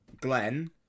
Glenn